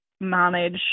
manage